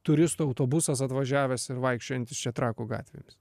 turistų autobusas atvažiavęs ir vaikščiojantis čia trakų gatvėj